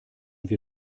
wir